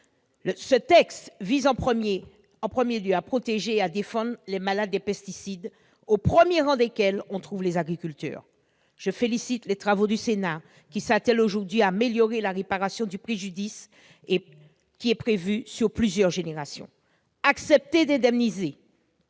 Ce texte vise tout d'abord à protéger et défendre les malades des pesticides, au premier rang desquels les agriculteurs. Je me réjouis des travaux du Sénat, qui s'attellent aujourd'hui à améliorer la réparation du préjudice que subiront plusieurs générations. Accepter d'indemniser